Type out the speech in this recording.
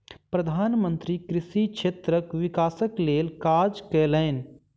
प्रधान मंत्री कृषि क्षेत्रक विकासक लेल काज कयलैन